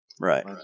right